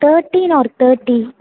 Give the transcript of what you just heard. thirteen or thirty